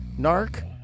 narc